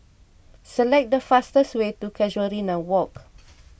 select the fastest way to Casuarina Walk